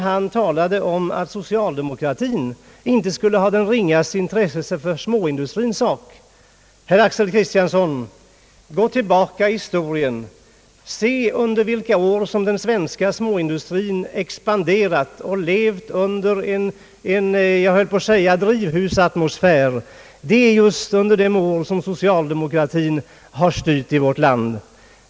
Han sade att socialdemokratin inte skulle ha det ringaste intresse för småindustrin. Herr Axel Kristiansson, gå tillbaka i tiden. Se under vilka år som den svenska småindustrin expanderat och levat under jag höll på att säga drivhusatmosfär. Det är just under de år som socialdemokratin har styrt i vårt land.